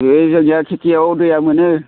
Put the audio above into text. बे जोंनिया खेटियाव दैया मोनो